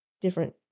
different